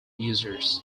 users